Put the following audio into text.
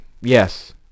Yes